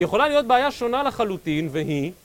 יכולה להיות בעיה שונה לחלוטין והיא